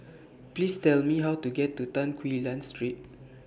Please Tell Me How to get to Tan Quee Lan Street